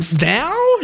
Now